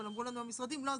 אבל המשרדים אמרו לנו: לא,